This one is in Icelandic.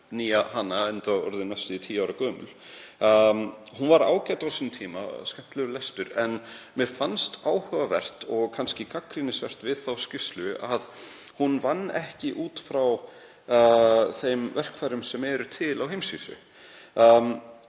hana enda orðin næstu tíu ára gömul. Hún var ágæt á sínum tíma, skemmtilegur lestur. En mér fannst áhugavert og kannski gagnrýnisvert við þá skýrslu að hún vann ekki út frá þeim verkfærum sem eru til á heimsvísu.